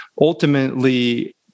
ultimately